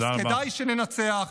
אז כדאי שננצח.